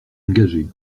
engagée